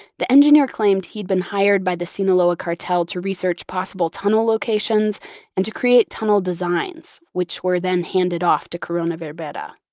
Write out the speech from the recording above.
the engineer claimed he'd been hired by the sinaloa cartel to research possible tunnel locations and to create tunnel designs, which were then handed off to corona-verbera. but